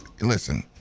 Listen